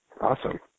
Awesome